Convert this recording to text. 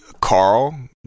Carl